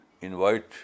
invite